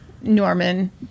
Norman